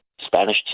spanish